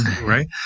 right